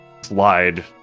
slide